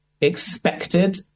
expected